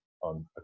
On